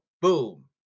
Boom